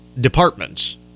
departments